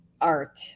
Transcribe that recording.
art